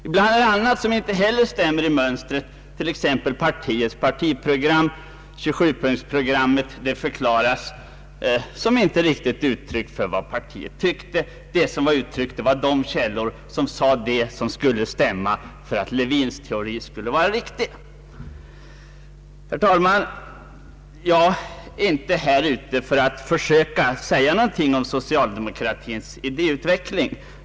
Ibland är det något annat som inte heller passar in i mönstret, t.ex. 27 punktsprogrammet, som förklaras inte riktigt ge uttryck för vad partiet tyckte. Det som uttrycks är de källor som säger det som skall stämma för att Lewins teori skall vara riktig. Herr talman! Jag är inte ute för att försöka säga någonting om socialdemokratins idéutveckling.